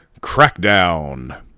Crackdown